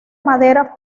madera